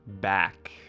back